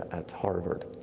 at harvard.